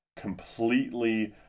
completely